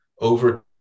over